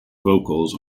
vocals